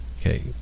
Okay